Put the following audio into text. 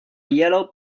yellow